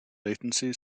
latency